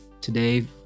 today